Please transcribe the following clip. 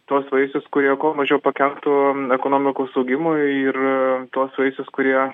tuos vaisius kurie kuo mažiau pakenktų ekonomikos augimui ir tuos vaisius kurie